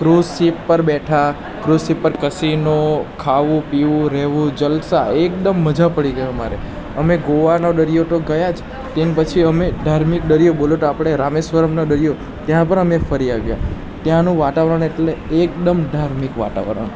cruise ship પર બેઠા cruise ship પર કસીનો ખાવું પીવું રહેવું જલસા એકદમ મજા પડી ગઈ અમારે અમે તો ગોવાનો દરિયો તો ગયા જ તેના પછી અમે ધાર્મિક દરિયો બોલો તો આપણે રામેશ્વરમનો દરિયો ત્યાં પણ અમે ફરી આવ્યા ત્યાંનું વાતાવરણ એટલે એકદમ ધાર્મિક વાતાવરણ